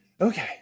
okay